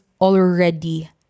already